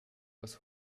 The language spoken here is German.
aus